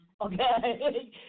okay